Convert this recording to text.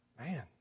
Man